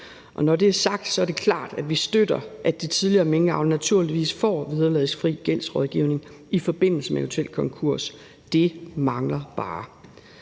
Når det er sagt er det klart, at vi støtter, at de tidligere minkavlere naturligvis får vederlagsfri gældsrådgivning i forbindelse med eventuel konkurs. Det manglede bare.